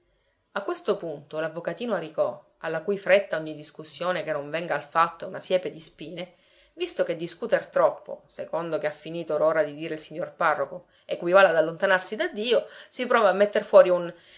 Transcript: a questo punto l'avvocatino aricò alla cui fretta ogni discussione che non venga al fatto è una siepe di spine visto che discuter troppo secondo che ha finito or ora di dire il signor parroco equivale ad allontanarsi da dio si prova a metter fuori un